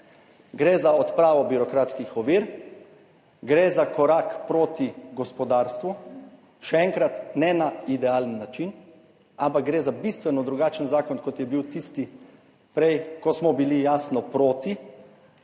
Gre za odpravo birokratskih ovir. Gre za korak proti gospodarstvu, še enkrat, ne na idealen način, ampak gre za bistveno drugačen zakon, kot je bil tisti prej, ko smo bili jasno proti.